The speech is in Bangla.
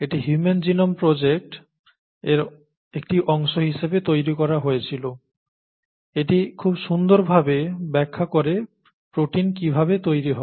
এটি হিউম্যান জিনোম প্রজেক্ট এর একটি অংশ হিসেবে তৈরি করা হয়েছিল এটি খুব সুন্দরভাবে ব্যাখ্যা করে প্রোটিন কিভাবে তৈরি হয়